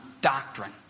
doctrine